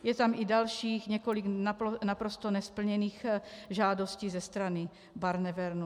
Je tam i dalších několik naprosto nesplněných žádostí ze strany Barnevernu.